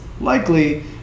likely